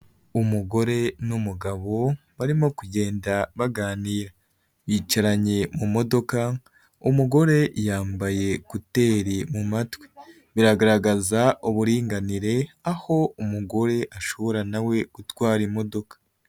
Umugore n'umugabo barimo kugenda baganira, bicaranye mumodoka umugore yambaye kuteri mu mumatwi, biragaragaza uburinganire aho umugore ashoborara nawe gutwara imodoka.